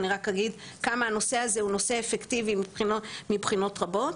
אני רק אגיד כמה הנושא הזה הוא נושא אפקטיבי מבחינות רבות.